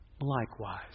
likewise